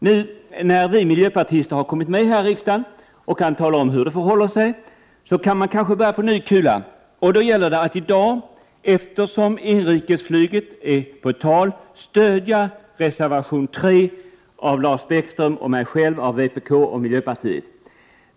Nu när vi miljöpartister har kommit med här i riksdagen och kan tala om hur det förhåller sig kanske man kan börja på ny kula, och då gäller det att i dag, eftersom inrikesflyget är på tal, stödja reservation 3 av Lars Bäckström från vpk och mig själv.